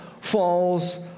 falls